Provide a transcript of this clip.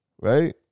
right